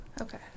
Okay